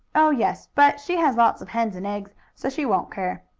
oh, yes. but she has lots of hens and eggs, so she won't care.